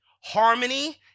harmony